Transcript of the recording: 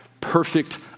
Perfect